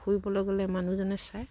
ফুৰিবলে গ'লে মানুহজনে চাই